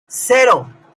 cero